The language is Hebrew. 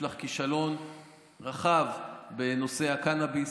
יש לך כישלון רחב בנושא הקנביס,